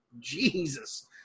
Jesus